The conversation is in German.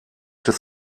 des